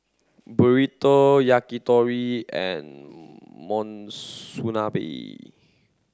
Burrito Yakitori and Monsunabe